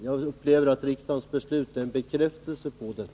Jag upplever riksdagens beslut som en bekräftelse på detta.